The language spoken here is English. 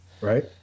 Right